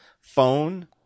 phone